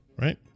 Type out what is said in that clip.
right